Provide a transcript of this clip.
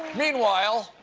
meanwhile,